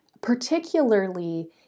particularly